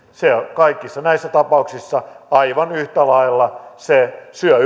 kaikissa näissä tapauksissa aivan yhtä lailla se syö